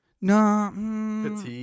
no